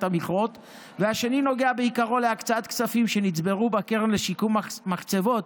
המכרות והשני נוגע בעיקרו להקצאת כספים שנצברו בקרן לשיקום מחצבות,